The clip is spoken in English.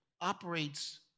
operates